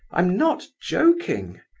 i'm not joking.